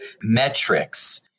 metrics